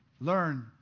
Learn